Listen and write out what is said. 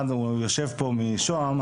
יושב פה אחד משוהם,